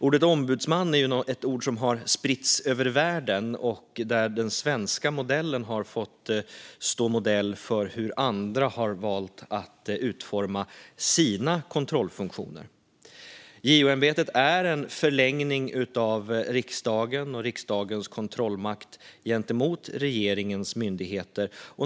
Ordet ombudsman har ju spritts över världen. Den svenska modellen har fått vara förebild för andra när de har utformat sina kontrollfunktioner. JO-ämbetet är en förlängning av riksdagen och riksdagens kontrollmakt gentemot regeringens myndigheter.